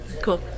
Cool